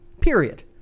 period